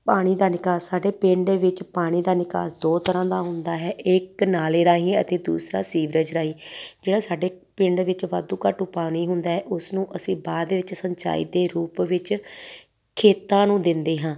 ਪਾਣੀ ਦਾ ਨਿਕਾਸ ਸਾਡੇ ਪਿੰਡ ਵਿੱਚ ਪਾਣੀ ਦਾ ਨਿਕਾਸ ਦੋ ਤਰ੍ਹਾਂ ਦਾ ਹੁੰਦਾ ਹੈ ਇੱਕ ਨਾਲੇ ਰਾਹੀਂ ਅਤੇ ਦੂਸਰਾ ਸੀਵਰੇਜ ਰਾਹੀਂ ਜਿਹੜਾ ਸਾਡੇ ਪਿੰਡ ਵਿੱਚ ਵਾਧੂ ਘਾਟੂ ਪਾਣੀ ਹੁੰਦਾ ਹੈ ਉਸ ਨੂੰ ਅਸੀਂ ਬਾਅਦ ਦੇ ਵਿੱਚ ਸਿੰਚਾਈ ਦੇ ਰੂਪ ਵਿੱਚ ਖੇਤਾਂ ਨੂੰ ਦਿੰਦੇ ਹਾਂ